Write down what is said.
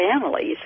families